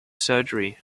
surgery